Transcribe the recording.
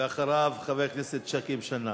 ואחריו, חבר הכנסת שכיב שנאן.